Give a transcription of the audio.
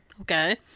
Okay